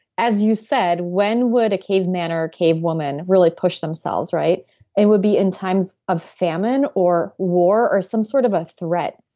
as you said, when would a caveman or a cavewoman really push themselves? it would be in times of famine or war or some sort of a threat.